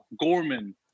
gorman